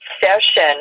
session